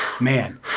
Man